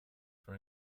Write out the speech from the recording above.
for